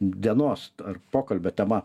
dienos ar pokalbio tema